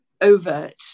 overt